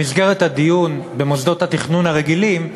במסגרת הדיון במוסדות התכנון הרגילים,